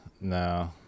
no